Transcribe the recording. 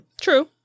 True